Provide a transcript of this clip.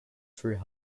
through